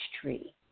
tree